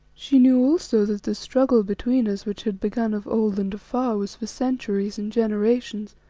she knew also that the struggle between us which had begun of old and afar was for centuries and generations,